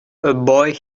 boy